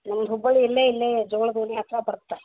ನಮ್ದು ಹುಬ್ಬಳ್ಳಿ ಇಲ್ಲೇ ಇಲ್ಲೇ ಜೋಳದ ಹುಲಿ ಹತ್ತಿರ ಬರುತ್ತೆ